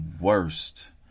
worst